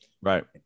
Right